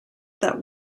that